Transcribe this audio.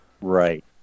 Right